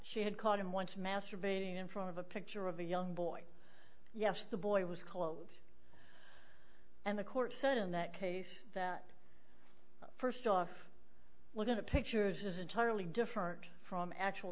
she had caught him once masturbating in front of a picture of a young boy yes the boy was clothed and the court said in that case that st off look at pictures is entirely different from actual